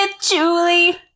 Julie